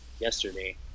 yesterday